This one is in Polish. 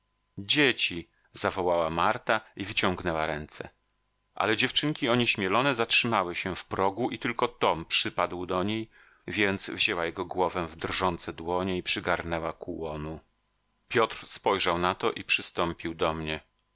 dzieci zawołała marta i wyciągnęła ręce ale dziewczynki onieśmielone zatrzymały się w progu i tylko tom przypadł do niej więc wzięła jego głowę w drżące dłonie i przygarnęła ku łonu piotr spojrzał na to i przystąpił do mnie